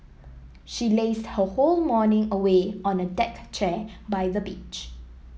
she lazed her whole morning away on a deck chair by the beach